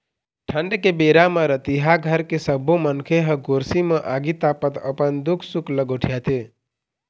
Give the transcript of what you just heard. ठंड के बेरा म रतिहा घर के सब्बो मनखे ह गोरसी म आगी तापत अपन दुख सुख ल गोठियाथे